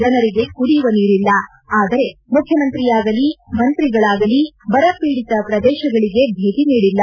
ಜನರಿಗೆ ಕುಡಿಯುವ ನೀರಿಲ್ಲ ಆದರೆ ಮುಖ್ಯಮಂತ್ರಿಯಾಗಲೀ ಮಂತ್ರಿಗಳಾಗಲಿ ಬರ ಪೀಡಿತ ಪ್ರದೇಶಗಳಿಗೆ ಭೇಟ ನೀಡಿಲ್ಲ